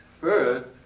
first